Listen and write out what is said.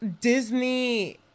Disney